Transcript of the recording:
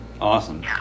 awesome